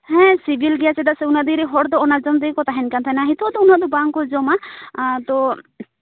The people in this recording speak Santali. ᱦᱮᱸ ᱥᱤᱵᱤᱞ ᱜᱮᱭᱟ ᱪᱮᱫᱟᱜ ᱥᱮ ᱩᱱᱟᱹᱜ ᱫᱤᱱ ᱨᱮᱱ ᱦᱚᱲ ᱫᱚ ᱚᱱᱟ ᱡᱚᱢ ᱛᱮᱜᱮ ᱠᱚ ᱛᱟᱦᱮᱱ ᱠᱟᱱ ᱛᱟᱦᱮᱱᱟ ᱱᱤᱛᱳᱜ ᱫᱚ ᱩᱱᱟᱹᱜ ᱫᱚ ᱵᱟᱝ ᱠᱚ ᱡᱚᱢᱟ ᱛᱳ